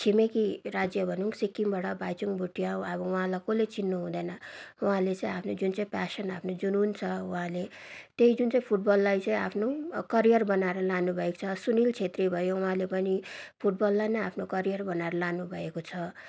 छिमेकी राज्य भनौँ सिक्किमबाट बाइचुङ भुटियालाई अब उहाँलाई कसले चिन्नु हुँदैन उहाँले चाहिँ आफ्नो जुन चाहिँ प्यासन आफ्नो जुनुन छ र उहाँले त्यही जुन चाहिँ फुटबललाई चाहिँ आफ्नो करियर बनाएर लानुभएको छ सुनील छेत्री भयो उहाँले पनि फुटबललाई नै आफ्नो करियर बनाएर लानुभएको छ